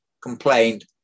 complained